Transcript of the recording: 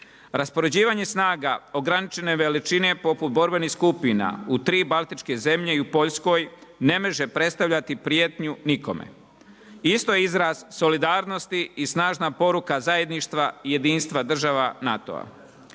Raspoređivanje snaga, ograničene veličine poput borbenih skupina u 3 Baltičke zemlje i u Poljskoj ne može predstavljati prijetnju nikome. Isto je izraz solidarnosti i snažna poruka zajedništva i jedinstva država NATO-a.